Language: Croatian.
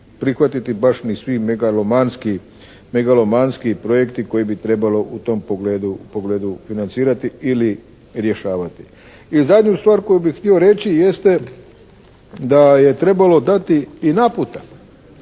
prihvatiti baš ni svi megalomanski projekti koje bi trebalo u tom pogledu financirati ili rješavati. I zadnju stvar koju bi htio reći jeste da je trebalo dati i naputak